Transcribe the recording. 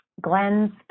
Glenn's